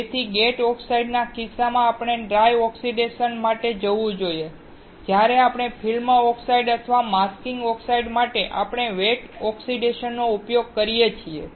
તેથી ગેટ ઓક્સાઇડના કિસ્સામાં આપણે ડ્રાય ઓક્સિડેશન માટે જવું જોઈએ જ્યારે ફિલ્ડ ઓક્સાઇડ અથવા માસ્કિંગ ઓક્સાઇડ માટે આપણે વેટ ઓક્સિડેશનનો ઉપયોગ કરી શકીએ છીએ